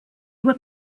were